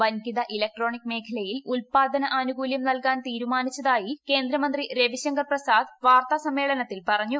വൻകിട ഇലക്ട്രോണിക് മേഖലയിൽ ഉൽപ്പാദന ആനുകൂല്യം നൽകാൻ തീരുമാനിച്ചതായി കേന്ദ്രമന്ത്രി രവിശങ്കർ വാർത്താസമ്മേളനത്തിൽ പറഞ്ഞു